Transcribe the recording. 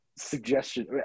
suggestion